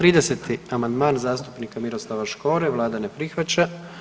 30. amandman zastupnika Miroslava Škore, Vlada ne prihvaća.